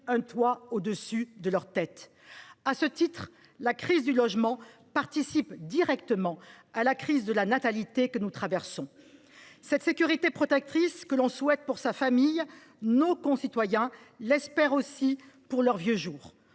un toit au dessus de leur tête ? À ce titre, la crise du logement participe directement à la crise de la natalité que nous traversons. Cette sécurité protectrice que l’on souhaite pour sa famille, nos concitoyens l’espèrent aussi pour leurs vieux jours.